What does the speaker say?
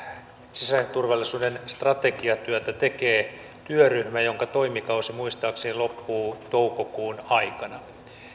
sisäisen turvallisuuden strategiatyötä tekee työryhmä jonka toimikausi muistaakseni loppuu toukokuun aikana